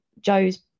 Joe's